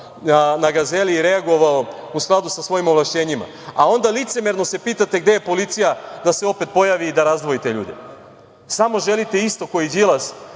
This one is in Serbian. na Gazeli i reagovao u skladu sa svojim ovlašćenjima, a onda se licemerno pitate gde je policija da se opet pojavi i da razdvoji te ljude. Samo želite isto kao i Đilas,